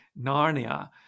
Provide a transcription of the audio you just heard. narnia